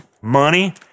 Money